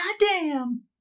Goddamn